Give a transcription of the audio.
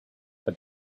but